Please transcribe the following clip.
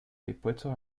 dispuestos